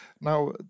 Now